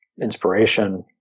inspiration